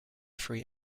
three